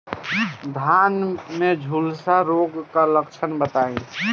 धान में झुलसा रोग क लक्षण बताई?